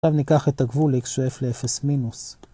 עכשיו ניקח את הגבול x שואף ל-0 מינוס.